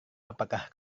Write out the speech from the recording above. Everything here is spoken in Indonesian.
apakah